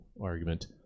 argument